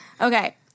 okay